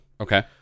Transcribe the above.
Okay